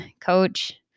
coach